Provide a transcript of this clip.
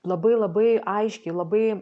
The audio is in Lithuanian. labai labai aiškiai labai